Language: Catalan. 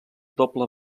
doble